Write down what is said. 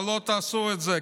אבל לא תעשו את זה,